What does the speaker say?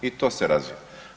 I to se razvija.